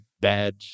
bad